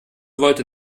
wollte